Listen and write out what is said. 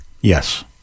Yes